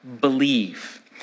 believe